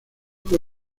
fue